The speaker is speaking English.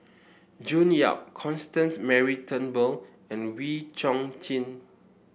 June Yap Constance Mary Turnbull and Wee Chong Jin